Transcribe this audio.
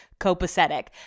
copacetic